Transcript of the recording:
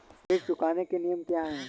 ऋण चुकाने के नियम क्या हैं?